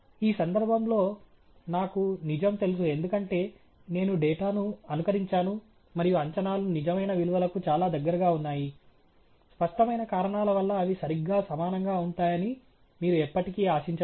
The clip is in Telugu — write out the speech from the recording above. ఈ సందర్భంలో నాకు నిజం తెలుసు ఎందుకంటే నేను డేటాను అనుకరించాను మరియు అంచనాలు నిజమైన విలువలకు చాలా దగ్గరగా ఉన్నాయి స్పష్టమైన కారణాల వల్ల అవి సరిగ్గా సమానంగా ఉంటాయని మీరు ఎప్పటికీ ఆశించలేరు